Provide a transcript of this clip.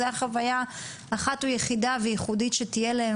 זו חוויה אחת יחידה וייחודית שתהיה להם,